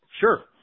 Sure